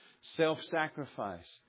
Self-sacrifice